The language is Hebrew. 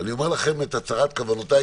אני אומר לכם את הצהרת כוונותיי.